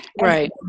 Right